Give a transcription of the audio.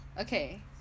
okay